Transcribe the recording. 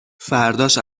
فرداش